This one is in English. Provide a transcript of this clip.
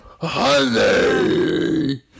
Honey